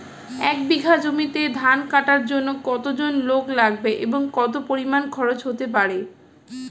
এক বিঘা জমিতে ধান কাটার জন্য কতজন লোক লাগবে এবং কত পরিমান খরচ হতে পারে?